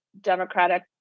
democratic